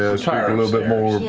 a and little bit more.